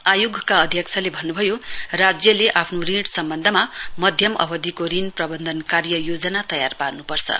आयोगका अध्यक्षले भन्नुभयो राज्यले आफ्नो ऋण सम्बन्धमा मध्यम अवदिको ऋण प्रबन्धन कार्य योजना तयार पार्नुपछर्